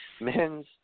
men's